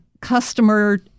customer